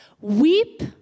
Weep